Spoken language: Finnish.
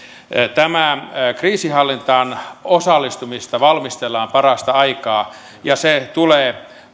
kriisinhallintaan osallistumista valmistellaan parasta aikaa ja se tulee